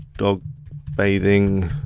dog bathing,